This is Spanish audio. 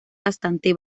bastante